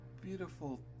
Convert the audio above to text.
beautiful